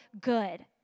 good